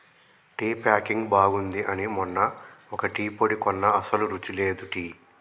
tea packing బాగుంది అని మొన్న ఒక టీ పొడి కొన్న అస్సలు రుచి లేదు టీ